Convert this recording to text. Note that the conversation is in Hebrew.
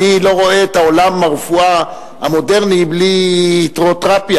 אני לא רואה את עולם הרפואה המודרני בלי הידרותרפיה,